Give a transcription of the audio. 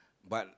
what